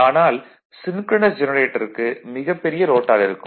ஆனால் சின்க்ரனஸ் ஜெனரேட்டருக்கு மிகப் பெரிய ரோட்டார் இருக்கும்